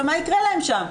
ומה יקרה להן שם?